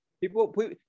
People